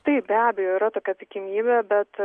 taip be abejo yra tokia tikimybė bet